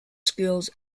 schools